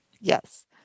Yes